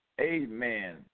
Amen